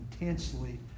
intensely